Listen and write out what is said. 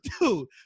Dude